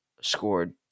scored